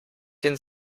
den